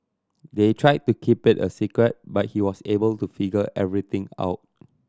they tried to keep it a secret but he was able to figure everything out